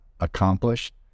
Accomplished